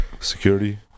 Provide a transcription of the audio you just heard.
Security